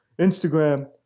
Instagram